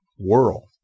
world